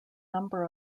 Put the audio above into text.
number